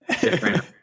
different